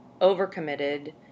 overcommitted